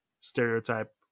stereotype